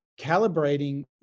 calibrating